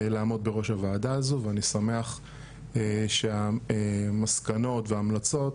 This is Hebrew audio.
לעמוד בראש הוועדה הזו ואני שמח שהמסקנות וההמלצות